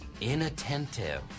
inattentive